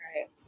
right